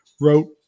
wrote